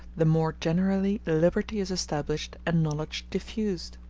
the more generally liberty is established and knowledge diffused.